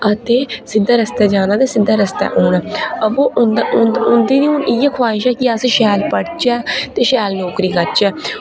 आ ते सिद्धे रस्तै जाना ते सिद्धे रस्तै औना आ'वो उन्दी उं'दी बी हून इ'यो ख्वाहिश ऐ कि असें शैल पढ़चै ते शैल नौकरी करचै हून